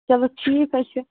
چلو ٹھیٖک حظ چھُ